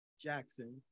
Jackson